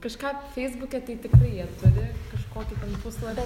kažką feisbuke tai tikrai jie turi kažkokį ten puslapį